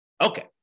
Okay